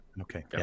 Okay